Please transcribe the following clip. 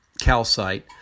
calcite